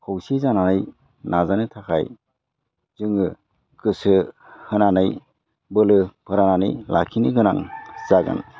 खौसे जानानै नाजानो थाखाय जोङो गोसो होनानै बोलो फोरानानै लाखिनो गोनां जागोन